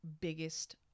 biggest